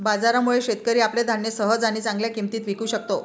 बाजारामुळे, शेतकरी आपले धान्य सहज आणि चांगल्या किंमतीत विकू शकतो